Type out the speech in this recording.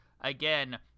Again